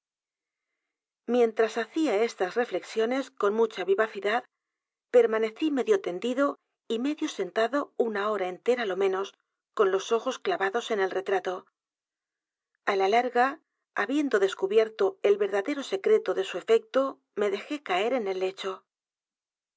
mientras hacía estas reflexiones con mucha vivacidad permanecí medio tendido y medio sentado una hora entera lo menos con los ojos clavado en el retrato a la l a r g a habiendo descubierto el verdadero secreto de su efecto me dejé caer en el lecho